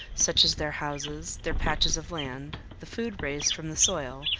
such as their houses, their patches of land, the food raised from the soil,